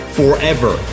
forever